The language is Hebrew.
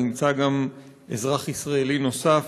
נמצא אזרח ישראלי נוסף,